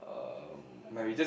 um